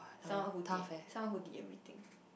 someone who did someone who did everything